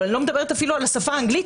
אני לא מדברת אפילו על השפה האנגלית,